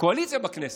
הקואליציה בכנסת.